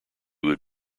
would